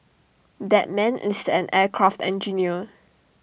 that man is an aircraft engineer